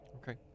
Okay